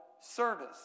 service